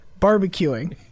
barbecuing